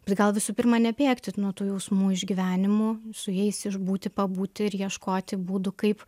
bet gal visų pirma nebėgti nuo tų jausmų išgyvenimų su jais išbūti pabūti ir ieškoti būdų kaip